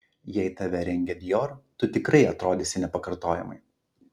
jei tave rengia dior tu tikrai atrodysi nepakartojamai